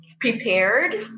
prepared